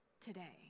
today